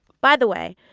by the way,